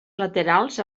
laterals